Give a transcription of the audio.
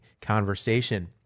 conversation